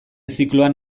zikloan